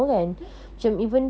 betul